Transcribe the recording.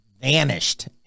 vanished